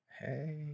Hey